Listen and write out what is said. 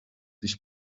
dış